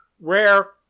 Rare